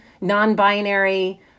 non-binary